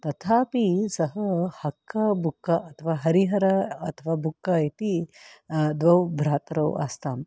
तथापि सः हक्का बुक्का अथवा हरिहरा अथवा बुक्का इति द्वौ भ्रातरौ आस्ताम्